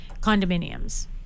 condominiums